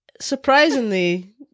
surprisingly